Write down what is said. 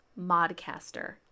Modcaster